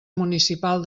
municipal